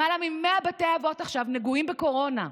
למעלה מ-100 בתי אבות נגועים בקורונה עכשיו.